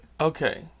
Okay